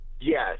Yes